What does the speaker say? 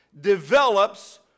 develops